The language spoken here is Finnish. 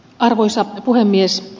arvoisa puhemies